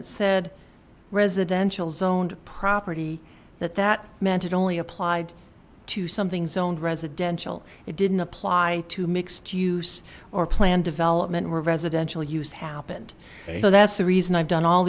it said residential zoned property that that meant it only applied to something zoned residential it didn't apply to mixed use or planned development were residential use happened so that's the reason i've done all